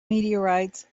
meteorites